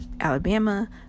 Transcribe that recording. Alabama